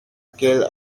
qu’elle